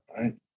right